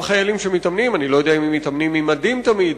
חיילים שמתאמנים אני לא יודע אם מתאמנים עם מדים תמיד,